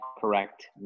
correct